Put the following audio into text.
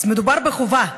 אז מדובר בחובה,